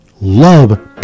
love